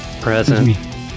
present